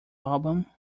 album